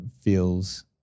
feels